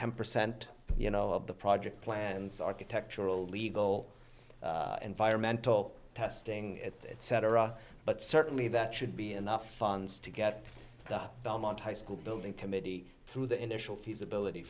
ten percent you know of the project plans architectural legal environmental testing etc but certainly that should be enough funds to get the belmont high school building committee through the initial feasibility